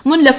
മുൻ ലഫ്